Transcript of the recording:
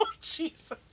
Jesus